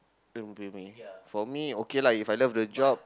they don't pay me okay lah If I love the job